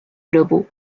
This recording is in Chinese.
俱乐部